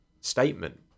statement